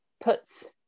puts